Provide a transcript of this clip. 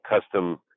custom